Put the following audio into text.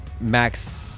Max